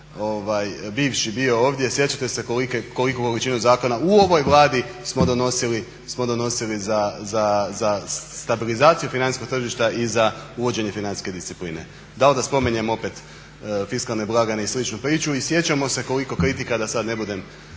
bivši bio ovdje. Sjećate se koliku je količinu zakona u ovoj Vladi smo donosili za stabilizaciju financijskog tržišta i za uvođenje financijske discipline. Da li da spominjem opet fiskalne blagajne i sličnu priču i sjećamo se koliko kritika da sad ne budem